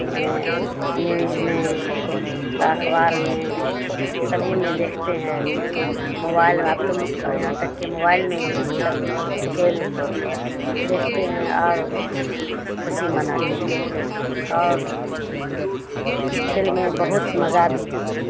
میں نیوز میں اخبار میں سبھی میں دیکھتے ہیں موبائل اب تو یہاں تک کے موبائل میں بھی سب کھیل دیکھتے ہیں اور خوشی مناتے ہیں اور اس کھیل میں بہت مزہ بھی ہے